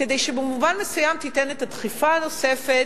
כדי שבמובן מסוים תיתן את הדחיפה הנוספת,